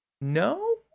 no